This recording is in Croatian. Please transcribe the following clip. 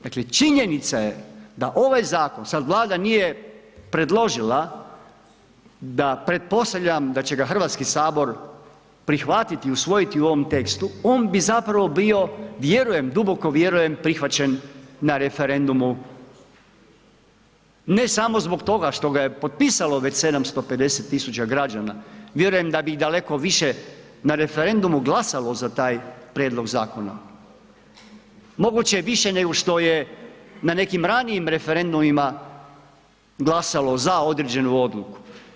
Dakle, činjenica je da ovaj zakon, sad Vlada nije predložila, da pretpostavljam da će ga HS prihvatiti, usvojiti u ovom tekstu, on bi zapravo bio, vjerujem, duboko vjerujem, prihvaćen na referendumu ne samo zbog toga što ga je potpisalo već 750 000 građana, vjerujem da bi i daleko više na referendumu glasalo za taj prijedlog zakona, moguće više nego što je na nekim ranijim referendumima glasalo za određenu odluku.